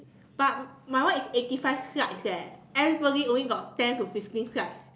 but my one is eighty five slides eh everybody only got ten to fifteen slides